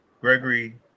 Gregory